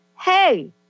hey